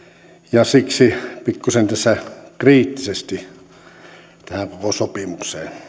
ja siksi tässä pikkuisen kriittisesti tähän koko sopimukseen suhtaudun